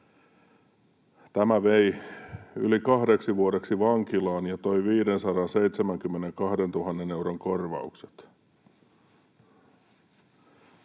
Tämä vei yli kahdeksi vuodeksi vankilaan ja toi 572 000 euron korvaukset.